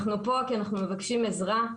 אנחנו פה כי אנחנו מבקשים עזרה.